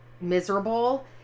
miserable